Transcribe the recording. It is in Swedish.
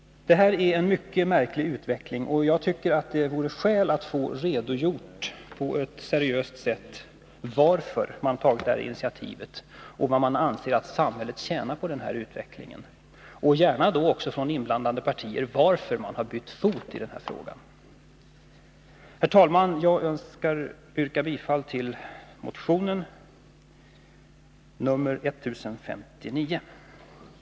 Det här är en mycket märklig utveckling. Jag tycker att det vore skäl att man på ett seriöst sätt redogjorde för anledningen till att man tagit detta initiativ och även redogjorde för vad man anser att samhället tjänar på den här utvecklingen. De inblandade partierna kunde också gärna tala om varför de har bytt fot i den här frågan. Herr talman! Jag yrkar bifall till motion 1059 från vpk.